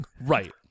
Right